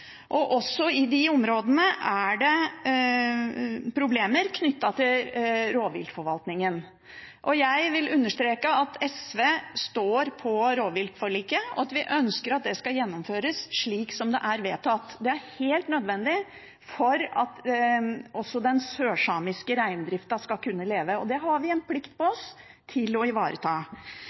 og også i de områdene er det problemer knyttet til rovviltforvaltningen. Jeg vil understreke at SV står på rovviltforliket, og at vi ønsker at det skal gjennomføres slik som det er vedtatt. Det er helt nødvendig for at også den sørsamiske reindriften skal kunne leve. Den har vi en plikt til å ivareta.